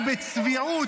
ובצביעות,